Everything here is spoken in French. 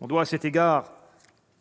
On doit à cet égard